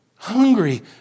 Hungry